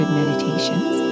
meditations